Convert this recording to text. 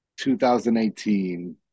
2018